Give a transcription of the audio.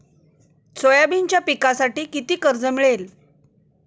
सोयाबीनच्या पिकांसाठी किती कर्ज मिळेल?